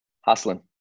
hustling